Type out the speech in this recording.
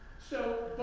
so